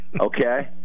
Okay